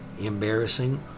embarrassing